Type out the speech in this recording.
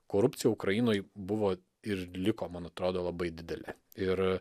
korupcija ukrainoj buvo ir liko man atrodo labai didelė ir